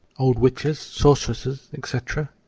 old witches, sorceresses, etc,